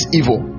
evil